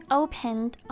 opened